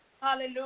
Hallelujah